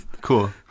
cool